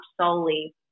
solely